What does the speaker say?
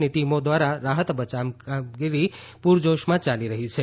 ની ટીમો દ્વારા રાહત બચાવકામગીરી પૂરજોશમાં ચાલી રહી છે